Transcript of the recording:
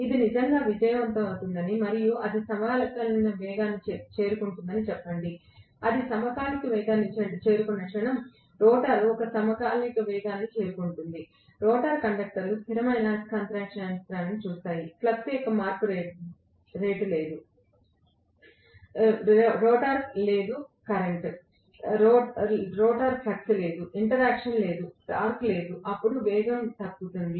ఇది నిజంగా విజయవంతమవుతుందని మరియు అది సమకాలిక వేగానికి చేరుకుంటుందని చెప్పండి అది సమకాలిక వేగానికి చేరుకున్న క్షణం రోటర్ ఒక సమకాలిక వేగానికి చేరుకుంటుంది రోటర్ కండక్టర్లు స్థిరమైన అయస్కాంత క్షేత్రాన్ని చూస్తారు ఫ్లక్స్ యొక్క మార్పు రేటు లేదు రోటర్ లేదు కరెంట్ రోటర్ ఫ్లక్స్ లేదు ఇంటరాక్షన్ లేదు టార్క్ లేదు అప్పుడు వేగం తగ్గుతుంది